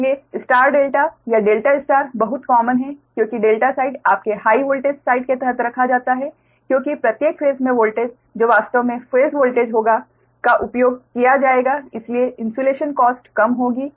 इसलिए star delta या delta star बहुत कॉमन है क्योंकि डेल्टा साइड आपके हाइ वोल्टेज साइड के तहत रखा जाता है क्योंकि प्रत्येक फेस में वोल्टेज जो वास्तव में फेस वोल्टेज होगा का उपयोग किया जाएगा इसलिए इन्सुलेशन कॉस्ट कम होगी